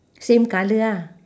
same colour ah